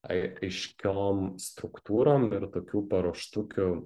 ai aiškiom struktūrom ir tokių paruoštukių